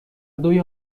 دوی